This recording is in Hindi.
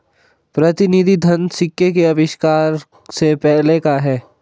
प्रतिनिधि धन सिक्के के आविष्कार से पहले का है